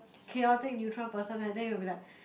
chaotic neutral person right then you'll be like